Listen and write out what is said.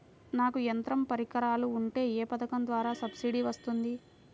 నాకు యంత్ర పరికరాలు ఉంటే ఏ పథకం ద్వారా సబ్సిడీ వస్తుంది?